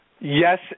Yes